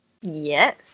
Yes